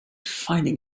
fighting